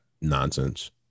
nonsense